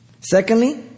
Secondly